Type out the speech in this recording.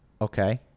Okay